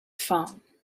phone